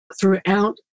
throughout